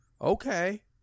Okay